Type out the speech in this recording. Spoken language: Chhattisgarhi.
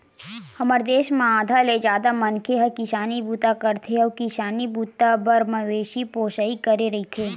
हमर देस म आधा ले जादा मनखे ह किसानी बूता करथे अउ किसानी बूता बर मवेशी पोसई करे रहिथे